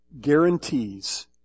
guarantees